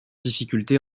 difficulté